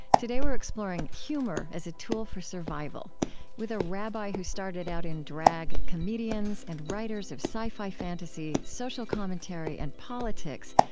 today we're exploring humor as a tool for survival with a rabbi who started out in drag, comedians, and writers of sci-fi fantasy, social commentary, and politics,